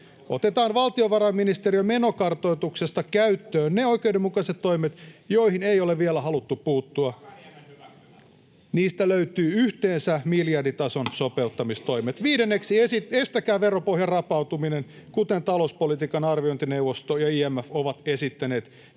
otetaan valtiovarainministeriön menokartoituksesta käyttöön ne oikeudenmukaiset toimet, joihin ei ole vielä haluttu puuttua. [Miko Bergbom: Hakaniemen hyväksymät!] Niistä löytyy yhteensä miljarditason sopeuttamistoimet. Viidenneksi, estäkää veropohjan rapautuminen, kuten talouspolitiikan arviointineuvosto ja IMF ovat esittäneet.